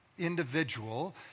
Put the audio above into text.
Individual